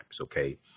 okay